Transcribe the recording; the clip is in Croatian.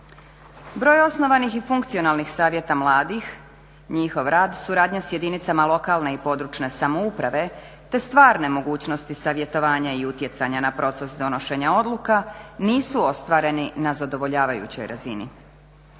Broj osnovanih i funkcionalnih savjeta mladih, njihov rad, suradnja s jedinicama lokalne i područne samouprave te stvarne mogućnosti savjetovanja i utjecanja na proces donošenja odluka nisu ostvareni na zadovoljavajućoj razini.